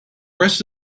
rest